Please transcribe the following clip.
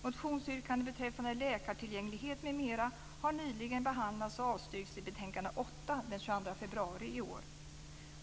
Motionsyrkanden beträffande läkartillgänglighet m.m. har nyligen behandlats och avstyrkts i betänkande SoU8, den 22 februari i år.